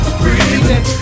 breathing